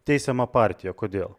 teisiamą partiją kodėl